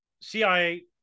CIA